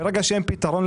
ברגע שאין לזה פתרון,